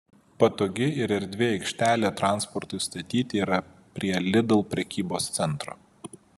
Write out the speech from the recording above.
patogi ir erdvi aikštelė transportui statyti yra prie lidl prekybos centro